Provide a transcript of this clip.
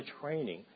training